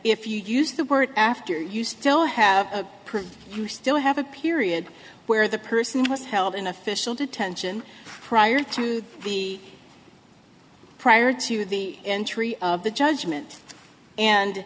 if you use the word after you still have a person you still have a period where the person was held in official detention prior to the prior to the entry of the judgement and